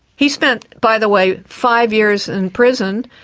he spent, by the way, five years in prison,